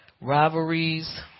rivalries